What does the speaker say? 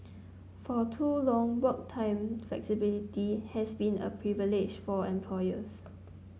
for too long work time flexibility has been a privilege for employers